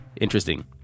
interesting